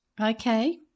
Okay